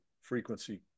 frequency